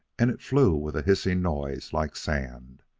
and it flew with a hissing noise like sand.